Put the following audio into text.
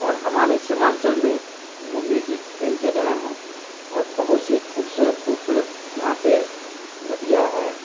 اور ہمارے سمانچل میں گھومنے کی کئی جگہیں ہیں اور بہت سی خوبصورت خوبصورت یہاں پہ ندیاں ہیں